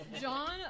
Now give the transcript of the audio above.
John